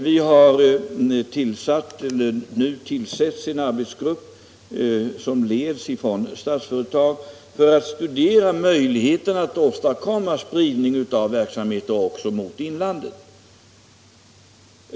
Det tillsätts nu en arbetsgrupp, som leds ifrån Statsföretag, för att studera möjligheterna att åstadkomma spridning av verksamheter också mot inlandet.